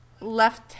left